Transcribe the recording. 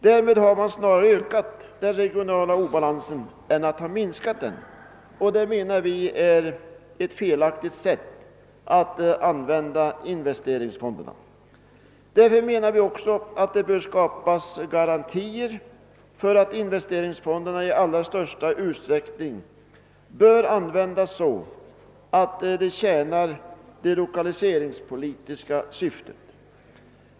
Därmed har man snarare ökat än minskat den regionala obalansen, och det menar vi är en felaktig användning av investeringsfonderna. Vi hävdar att det bör skapas garantier för att investeringsfonderna i allra största utsträckning används så att de tjänar det lokaliseringspolitiska syftet.